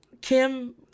Kim